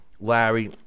Larry